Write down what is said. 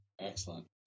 Excellent